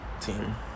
team